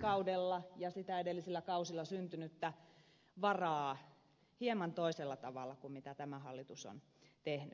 kaudella ja sitä edellisillä kausilla syntynyttä varaa hieman toisella tavalla kuin mitä tämä hallitus on tehnyt